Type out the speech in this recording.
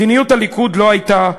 מדיניות הליכוד לא הייתה,